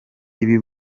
ibi